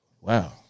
Wow